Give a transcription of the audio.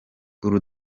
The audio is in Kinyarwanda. bull